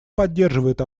поддерживает